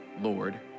Lord